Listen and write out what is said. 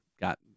got